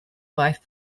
wife